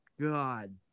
god